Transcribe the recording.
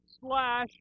slash